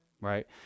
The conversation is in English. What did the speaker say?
right